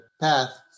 path